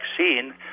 vaccine